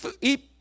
eat